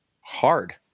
hard